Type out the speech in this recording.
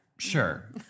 Sure